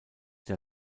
der